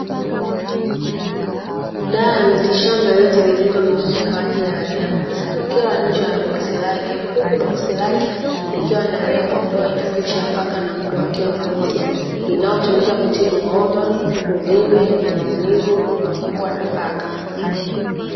Dawa ya mitishamba iliyotengenezwa mahususi kwa ajili ya wanyama ikiwa nje ya boksi lake, huku boksi lake likiwa na rebo ambayo ina picha ya paka na mbwa wakiwa pamoja. Inayotumika kutibu homa, uvimbe na maumivu kwa mbwa na paka.